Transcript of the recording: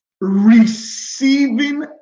receiving